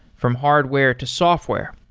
from hardware to software,